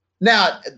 Now